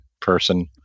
person